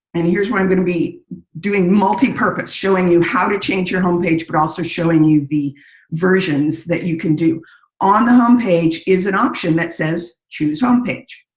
and here's where i'm going to be doing multipurpose, showing you how to change your home page. but also showing you the versions that you can do on the home page is an option that says, choose home um page.